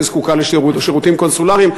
וזקוקה לשירותים קונסולריים.